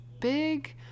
big